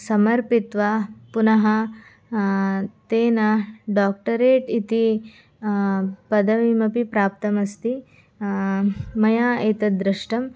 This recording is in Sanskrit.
समर्पयित्वा पुनः तेन डाक्टरेट् इति पदवीमपि प्राप्तमस्ति मया एतद् दृष्टम्